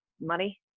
money